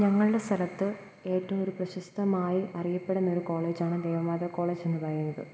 ഞങ്ങളുടെ സ്ഥലത്ത് ഏറ്റവും ഒരു പ്രശസ്തമായി അറിയപ്പെടുന്നൊരു കോളേജാണ് ദേവമാതാ കോളേജെന്നു പറയുന്നത്